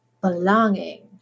belonging